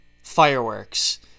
fireworks